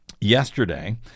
yesterday